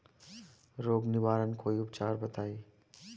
रोग निवारन कोई उपचार बताई?